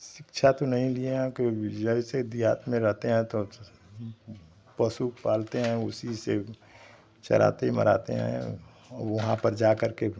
शिक्षा तो नहीं लिए हैं क्योंकि जैसे देहात में रहते हैं तो अक्सर पशु पालते हैं उसी से चराते मराते हैं वहाँ पर जाकर के